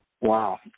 Wow